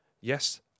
yes